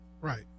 Right